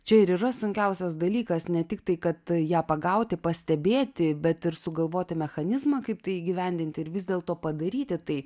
čia ir yra sunkiausias dalykas ne tik tai kad ją pagauti pastebėti bet ir sugalvoti mechanizmą kaip tai įgyvendinti ir vis dėl to padaryti tai